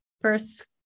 First